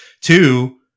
Two